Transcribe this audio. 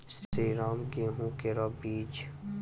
श्रीराम गेहूँ केरो बीज?